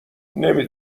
نمی